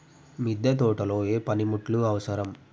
మిద్దె తోటలో ఏ పనిముట్లు అవసరం?